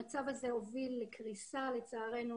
לצערנו